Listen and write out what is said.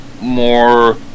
more